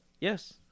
yes